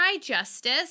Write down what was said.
justice